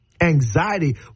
Anxiety